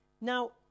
Now